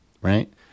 right